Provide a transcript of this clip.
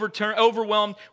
overwhelmed